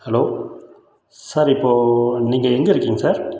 hello sir இப்போ நீங்கள் இருக்கீங்க சார்